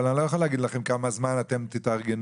אני לא יכול להגיד לכם כמה זמן אתם תתארגנו.